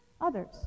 others